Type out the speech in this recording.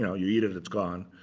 you know you eat it, it's gone.